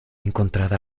encontrada